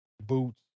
boots